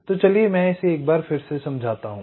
तो चलिए मैं इसे एक बार फिर से समझाता हूं